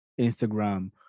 Instagram